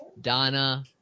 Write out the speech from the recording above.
Donna